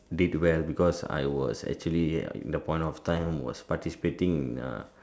did well because I was actually in the point of time was participating in a